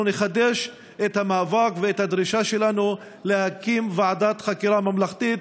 אנחנו נחדש את המאבק ואת הדרישה שלנו להקים ועדת חקירה ממלכתית.